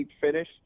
finish